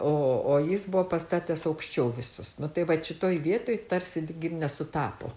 o o jis buvo pastatęs aukščiau visus nu tai vat šitoj vietoj tarsi nesutapo